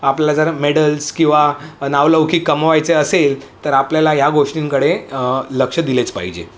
आपला जर मेडल्स किंवा नावलौकीक कमवायचे असेल तर आपल्याला ह्या गोष्टींकडे लक्ष दिलेच पाहिजे